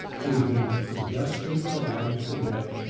he's been predestined to life or death.